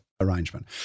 arrangement